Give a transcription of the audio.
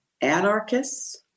anarchists